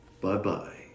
Bye-bye